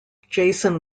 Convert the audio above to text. jason